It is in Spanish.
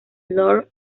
lord